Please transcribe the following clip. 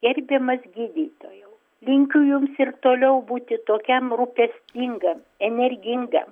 gerbiamas gydytojau linkiu jums ir toliau būti tokiam rūpestingam energingam